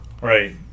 Right